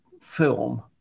film